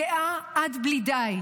גאה עד בלי די